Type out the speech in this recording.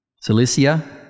Cilicia